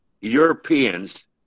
Europeans